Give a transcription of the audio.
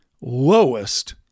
lowest